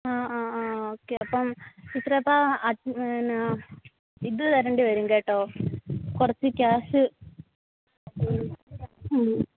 ആ ആ ആ ഓക്കെ അപ്പം ടീച്ചറെ എന്നാൽ ഇത് തരേണ്ടിവരും കേട്ടോ കുറച്ച് ക്യാഷ് മ്മ്